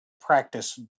practice